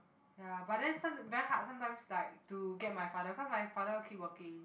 ya but then some very hard sometimes like to get my father cause my father keep working